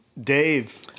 Dave